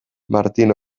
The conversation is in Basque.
martin